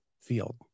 field